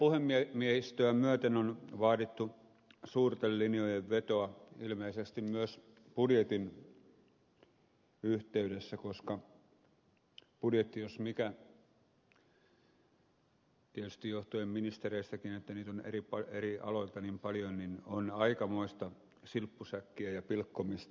tosiaan puhemiehistöä myöten on vaadittu suurten linjojen vetoa ilmeisesti myös budjetin yhteydessä koska budjetti jos mikä tietysti johtuen ministereistäkin että niitä on eri aloilta niin paljon on aikamoista silppusäkkiä ja pilkkomista